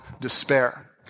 despair